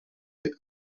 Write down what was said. est